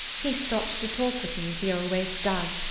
he stopped to talk with me, as he always does,